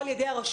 או על ידי הרשות,